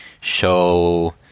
show